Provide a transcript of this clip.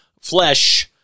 flesh